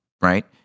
right